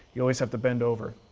you always have to bend over,